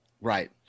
right